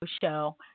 show